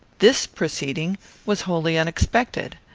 this proceeding was wholly unexpected.